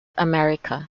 america